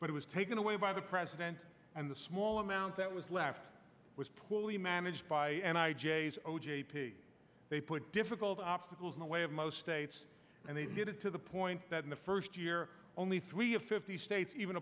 but it was taken away by the president and the small amount that was left was poorly managed by and i j s o j p they put difficult obstacles in the way of most states and they did it to the point that in the first year only three of fifty states even